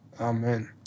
Amen